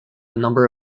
number